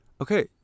Okay